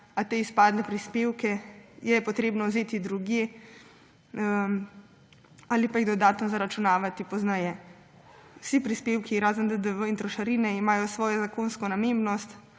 a te izpadle prispevke je treba vzeti drugje ali pa jih dodatno zaračunavati pozneje. Vsi prispevki, razen DDV in trošarine, imajo svojo zakonsko namembnost,